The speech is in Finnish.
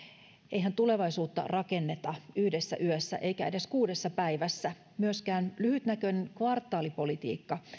eihän tulevaisuutta rakenneta yhdessä yössä eikä edes kuudessa päivässä myöskään lyhytnäköinen kvartaalipolitiikka